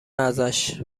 ازش